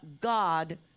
God